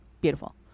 Beautiful